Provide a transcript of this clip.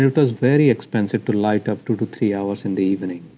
it was very expensive to light up two to three hours in the evening.